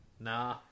Nah